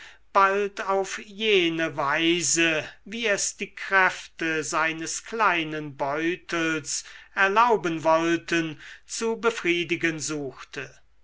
bald auf jene weise wie es die kräfte seines kleinen beutels erlauben wollten zu befriedigen suchte